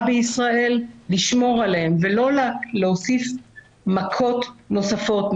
בישראל לשמור עליהם ולא להוסיף מכות נוספות.